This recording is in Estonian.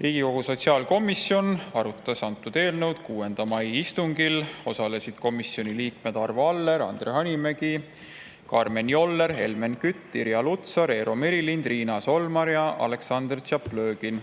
Riigikogu sotsiaalkomisjon arutas antud eelnõu 6. mai istungil. Osalesid komisjoni liikmed Arvo Aller, Andre Hanimägi, Karmen Joller, Helmen Kütt, Irja Lutsar, Eero Merilind, Riina Solman ja Aleksandr Tšaplõgin.